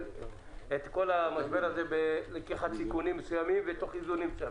את המשבר תוך לקיחת סיכונים ותוך איזונים.